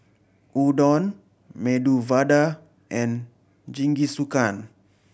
Udon Medu Vada and Jingisukan